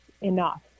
enough